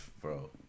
bro